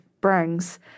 brings